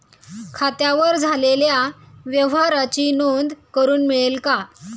खात्यावर झालेल्या व्यवहाराची नोंद करून मिळेल का?